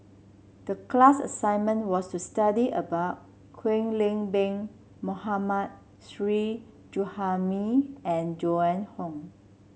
the class assignment was to study about Kwek Leng Beng Mohammad Shri Suhaimi and Joan Hon